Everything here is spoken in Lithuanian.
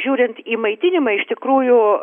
žiūrint į maitinimą iš tikrųjų